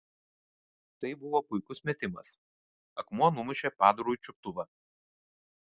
tai buvo puikus metimas akmuo numušė padarui čiuptuvą